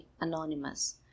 Anonymous